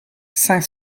cinq